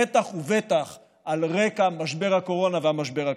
בטח ובטח על רקע משבר הקורונה והמשבר הכלכלי.